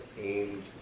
aimed